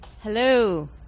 Hello